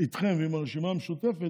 איתכם ועם הרשימה המשותפת,